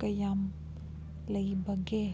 ꯀꯌꯥꯝ ꯂꯩꯕꯒꯦ